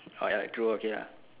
oh ya true okay lah